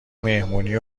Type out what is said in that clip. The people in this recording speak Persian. مهمونی